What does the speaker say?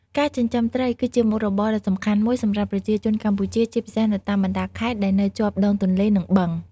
ការចិញ្ចឹមត្រី គឺជាមុខរបរដ៏សំខាន់មួយសម្រាប់ប្រជាជនកម្ពុជា ជាពិសេសនៅតាមបណ្តាខេត្តដែលនៅជាប់ដងទន្លេ និងបឹង។